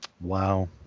Wow